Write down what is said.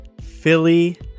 philly